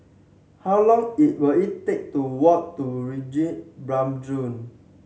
how long it will it take to walk to